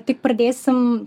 tik pradėsim